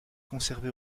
conservé